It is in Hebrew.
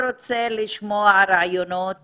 לשמוע רעיונות